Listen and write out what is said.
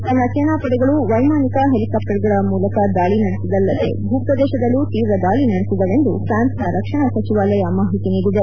ತನ್ನ ಸೇನಾಪಡೆಗಳು ವೈಮಾನಿಕ ಹೆಲಿಕಾಪ್ವರ್ಗಳ ಮೂಲಕ ದಾಳಿ ನಡೆಸಿದಲ್ಲದೇ ಭೂಪ್ರದೇಶದಲ್ಲೂ ತೀವ್ರ ದಾಳಿ ನಡೆಸಿದವೆಂದು ಫ್ರಾನ್ಸ್ನ ರಕ್ಷಣಾ ಸಚಿವಾಲಯ ಮಾಹಿತಿ ನೀಡಿದೆ